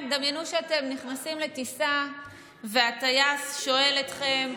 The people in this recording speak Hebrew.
כן, דמיינו שאתם נכנסים לטיסה והטייס שואל אתכם: